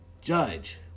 judge